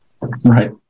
Right